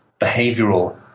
behavioral